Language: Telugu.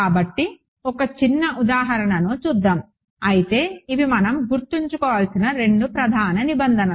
కాబట్టి ఒక చిన్న ఉదాహరణను చూద్దాం అయితే ఇవి మనం గుర్తుంచుకోవలసిన రెండు ప్రధాన నిబంధనలు